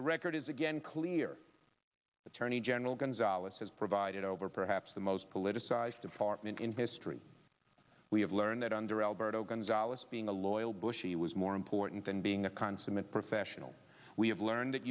the record is again clear attorney general gonzales has provided over perhaps the most politicized department in history we have learned that under alberto gonzales being a loyal bushie was more important than being a consummate professional we have learned that